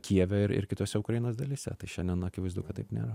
kijeve ir ir kitose ukrainos dalyse tai šiandien akivaizdu kad taip nėra